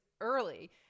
early